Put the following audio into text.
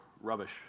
rubbish